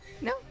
No